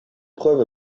preuves